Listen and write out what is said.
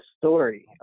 story